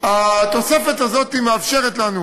התוספת הזאת מאפשרת לנו